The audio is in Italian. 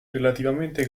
relativamente